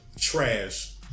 Trash